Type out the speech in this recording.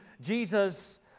Jesus